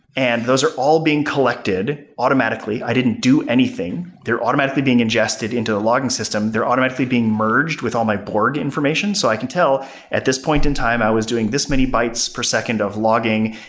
and those are all being collected automatically. i didn't do anything. they're automatically being ingested into a logging system. they're automatically being merged with all my borg information. so i can tell at this point in time, i was doing this many bytes per second of logging,